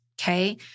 okay